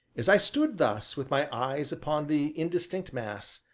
as i stood thus, with my eyes upon the indistinct mass,